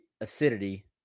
acidity